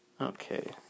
Okay